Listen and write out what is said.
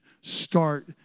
start